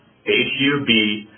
H-U-B